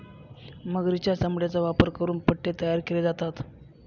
मगरीच्या चामड्याचा वापर करून पट्टे तयार केले जातात